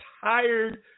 tired